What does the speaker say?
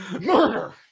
murder